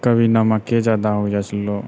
कभी नमके ज्यादा होइ जाइ छलौ